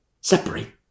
Separate